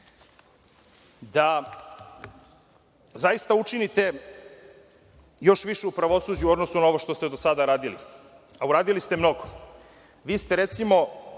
da zaista učinite još više u pravosuđu u odnosu na ovo što ste do sada radili, a uradili ste mnogo. Vi ste, recimo,